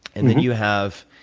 and then you have,